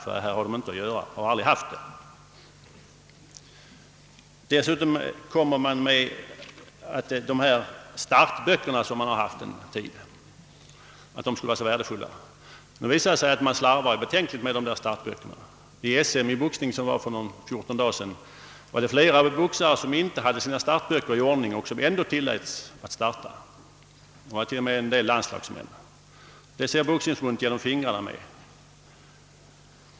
Sedan sägs det att startböckerna, som har funnits någon tid, skulle vara värdefulla. Det slarvas emellertid med startböckerna. Vid SM i boxning för fjorton dagar sedan var det flera boxare, även landslagsmän, som inte hade startböckerna i ordning men ändå tilläts starta — det såg Boxningsförbundet igenom fingrarna med!